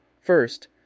First